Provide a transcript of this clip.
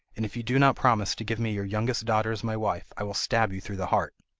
and if you do not promise to give me your youngest daughter as my wife i will stab you through the heart